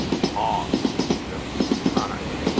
part which, left behind,